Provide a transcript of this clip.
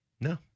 No